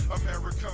America